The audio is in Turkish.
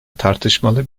tartışmalı